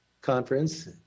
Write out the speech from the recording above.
conference